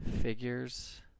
Figures